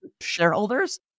shareholders